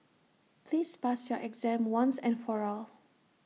please pass your exam once and for all